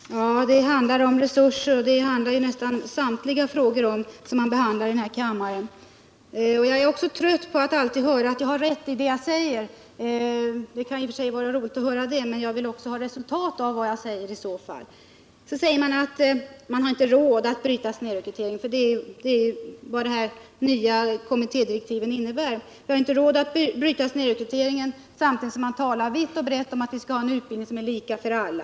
Herr talman! Ja, det handlar om resurser — det handlar nästan samtliga frågor om som behandlas i den här kammaren. Jag är också trött på att alltid få höra att jag har rätt i vad jag säger — det kan visserligen i och för sig vara roligt att få höra det, men jag vill i så fall se ett resultat. Så säger man att man inte har råd att bryta snedrekryteringen till utbildningen; detta är ju vad de nya kommittédirektiven innebär. Men samtidigt talas vitt och brett om att vi skall ha en utbildning som är lika för alla.